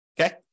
Okay